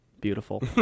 Beautiful